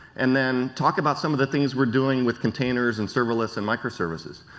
and then talk about some of the things we are doing with containers and serverless and micro services.